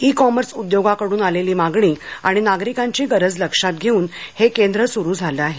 E commerce उद्योगाकडून आलेली मागणी आणि नागरिकांची गरज लक्षात घेऊन विभागीय वितरण केंद्रसुरू झाले आहे